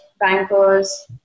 bankers